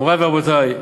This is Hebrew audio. מורי ורבותי,